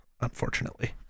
unfortunately